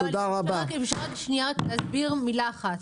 תודה רבה.